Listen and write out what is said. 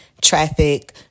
traffic